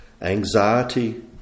anxiety